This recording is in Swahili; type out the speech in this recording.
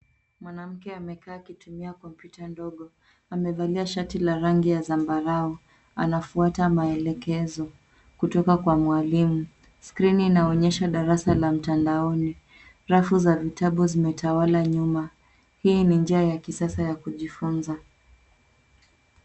Mwanamke amekaa akitumia kompyuta ndogo. Amevalia shati la rangi ya zambarau. Anafuata maelekezo kutoka kwa mwalimu. Skrini inaonyesha darasa la mtandaoni. Rafu za vitabu zimetawala nyuma. Hii ni njia ya kisasa ya kujifunza.